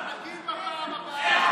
בעד טטיאנה מזרסקי,